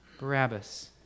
Barabbas